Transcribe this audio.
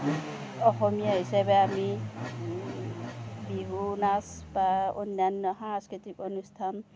অসমীয়া হিচাপে আমি বিহু নাচ বা অন্যান্য সাংস্কৃতিক অনুষ্ঠান